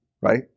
right